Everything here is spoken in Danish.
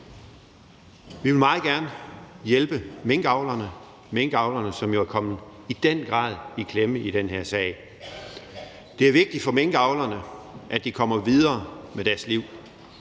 Vi vil meget gerne hjælpe minkavlerne – minkavlerne, som jo i den grad er kommet i klemme i den her sag. Det er vigtigt for minkavlerne, at de kommer videre med deres liv,